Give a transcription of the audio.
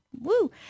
woo